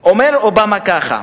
אומר אובמה ככה: